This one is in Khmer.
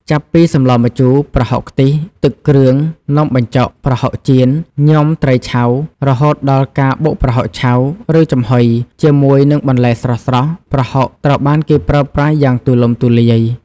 ចាប់ពីសម្លម្ជូរ ប្រហុកខ្ទិះ ទឹកគ្រឿង នំបញ្ចុក ប្រហុកចៀន ញាំត្រីឆៅ រហូតដល់ការបុកប្រហុកឆៅ ឬចំហុយ ជាមួយនឹងបន្លែស្រស់ៗ ប្រហុកត្រូវបានគេប្រើប្រាស់យ៉ាងទូលំទូលាយ។